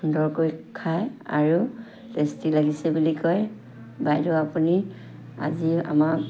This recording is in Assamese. সুন্দৰকৈ খায় আৰু টেষ্টি লাগিছে বুলি কয় বাইদেউ আপুনি আজি আমাক